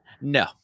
no